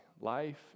Life